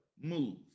move